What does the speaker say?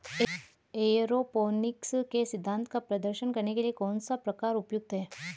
Aeroponics के सिद्धांत का प्रदर्शन करने के लिए कौन सा प्रकार उपयुक्त है?